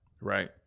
right